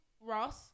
Ross